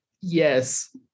yes